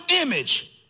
image